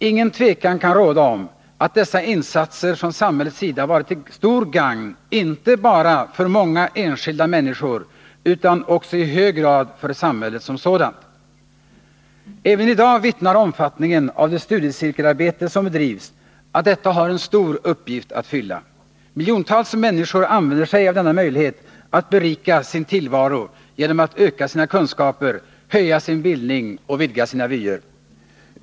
Inget tvivel kan råda om att dessa insatser från samhällets sida varit till stort gagn inte bara för många enskilda människor utan också i hög grad för samhället som sådant. Även i dag vittnar omfattningen av det studiecirkelarbete som bedrivs om att detta har en stor uppgift att fylla. Miljontals människor använder sig av denna möjlighet att berika sin tillvaro: genom att öka sina kunskaper, höja sin bildning och vidga sina vyer.